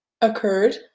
occurred